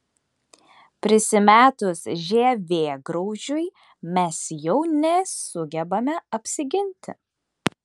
prisimetus žievėgraužiui mes jau nesugebame apsiginti